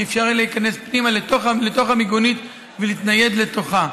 כי אי-אפשר יהיה להיכנס פנימה לתוך המיגונית ולהתנייד לתוכה.